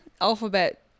alphabet